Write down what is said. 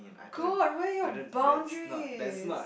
god where your boundaries